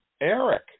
Eric